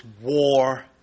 war